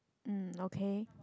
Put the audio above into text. um okay